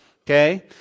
okay